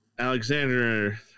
Alexander